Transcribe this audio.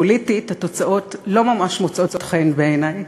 פוליטית, התוצאות לא ממש מוצאות חן בעיני,